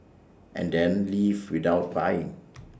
and then leave without buying